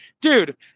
Dude